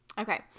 Okay